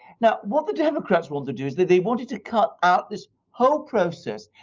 now what the democrats wanted to do is that they wanted to cut out this whole process.